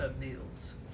meals